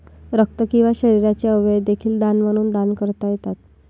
रक्त किंवा शरीराचे अवयव देखील दान म्हणून दान करता येतात